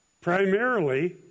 primarily